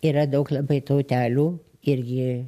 yra daug labai tautelių irgi